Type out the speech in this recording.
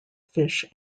fish